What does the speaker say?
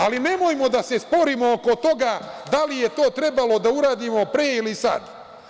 Ali, nemojmo da se sporimo oko toga da li je to trebalo da uradimo pre ili sada.